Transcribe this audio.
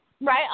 Right